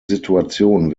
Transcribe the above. situation